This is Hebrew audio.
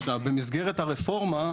במסגרת הרפורמה,